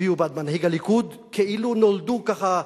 הצביעו בעד מנהיג הליכוד, כאילו נולדו ככה,